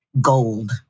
gold